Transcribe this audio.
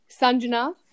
Sanjana